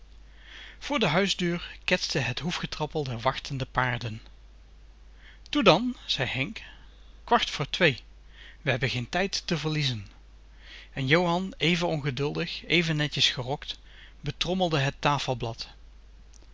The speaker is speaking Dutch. voor de huisdeur ketste het hoefgetrappel der wachtende paarden toe dan zei henk kwart voor twee we hebben geen tijd te verliezen en johan even ongeduldig even netjes gerokt betrommelde het